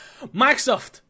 Microsoft